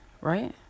right